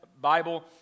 Bible